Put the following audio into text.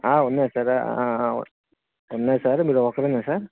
ఉన్నాయి సార్ ఉన్నాయి సార్ మీరు ఒక్కరేనా సార్